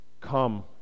come